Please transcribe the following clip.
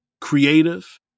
creative